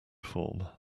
form